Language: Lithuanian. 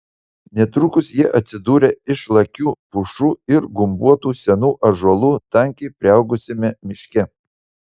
netrukus jie atsidūrė išlakių pušų ir gumbuotų senų ąžuolų tankiai priaugusiame miške